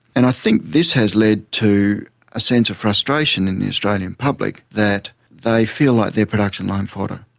and i think this has led to a sense of frustration in the australian public that they feel like they're production line fodder,